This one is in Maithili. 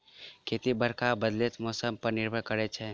खेती बरखा आ बदलैत मौसम पर निर्भर करै छै